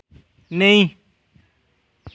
नेईं